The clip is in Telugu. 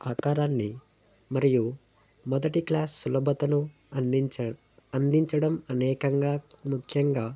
ఆకారాన్ని మరియు మొదటి క్లాస్ సులభతను అందించ అందించడం అనేకంగా ముఖ్యంగా